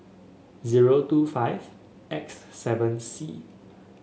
zero two five X seven C